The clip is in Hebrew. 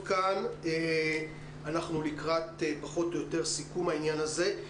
אנחנו לקראת סיכום העניין הזה,